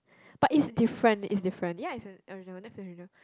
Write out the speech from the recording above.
but it's different it's different ya it's an original Netflix original